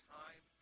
time